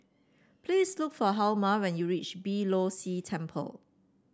please look for Hjalmer when you reach Beeh Low See Temple